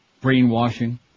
Brainwashing